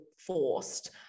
forced